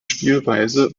spielweise